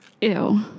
Ew